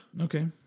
Okay